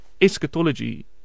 eschatology